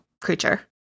creature